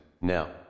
now